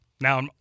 Now